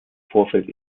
vorfeld